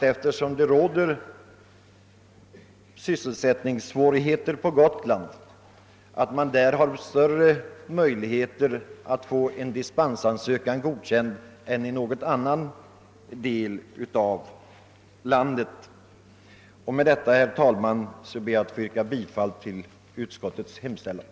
Eftersom det råder sysselsättningssvårigheter på Gotland är det väl mycket troligt att man där har större möjligheter att få dispensansökningar godkända än i andra delar av landet. Med dessa ord ber jag, herr talman, att få yrka bifall till utskottets hemställan.